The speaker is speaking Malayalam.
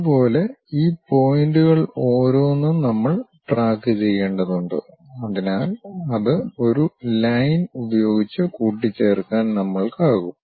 അതുപോലെ ഈ പോയിൻറുകൾ ഓരോന്നും നമ്മൾ ട്രാക്കു ചെയ്യേണ്ടതുണ്ട് അതിനാൽ അത് ഒരു ലൈൻ ഉപയോഗിച്ച് കൂട്ടിച്ചേർക്കാൻ നമ്മൾക്കാകും